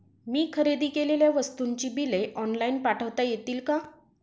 मी खरेदी केलेल्या वस्तूंची बिले ऑनलाइन पाठवता येतील का?